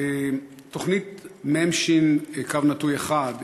תוכנית מש/1,